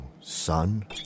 son